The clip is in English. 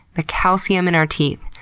the calcium in our teeth,